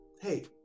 Hey